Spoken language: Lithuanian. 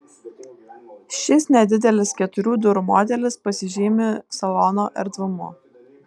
šis nedidelis keturių durų modelis pasižymi salono erdvumu